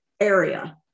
area